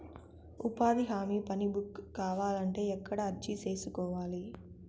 ఉపాధి హామీ పని బుక్ కావాలంటే ఎక్కడ అర్జీ సేసుకోవాలి?